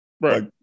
Right